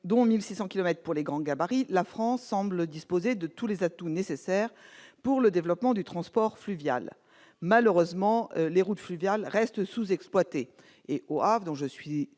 dont 1 600 kilomètres pour les grands gabarits, la France semble disposer des atouts nécessaires au développement du transport fluvial. Malheureusement, les routes fluviales restent sous-exploitées. Au Havre, ville dont je suis